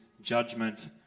judgment